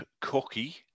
cookie